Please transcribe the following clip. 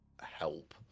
help